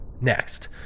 next